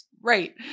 right